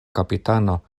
kapitano